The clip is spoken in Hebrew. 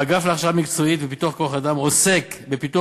האגף להכשרה מקצועית ופיתוח כוח-אדם עוסק בפיתוח